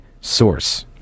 source